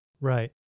Right